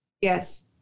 Yes